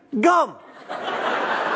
gum